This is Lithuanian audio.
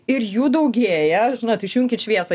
ir jų daugėja žinot išjunkit šviesą